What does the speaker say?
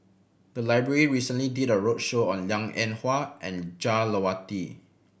the library recently did a roadshow on Liang Eng Hwa and Jah